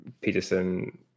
Peterson